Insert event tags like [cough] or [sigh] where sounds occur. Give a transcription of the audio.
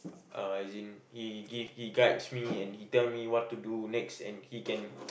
uh as in he give guides me and tell me what to do next and he can [noise]